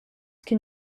can